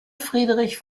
friedrich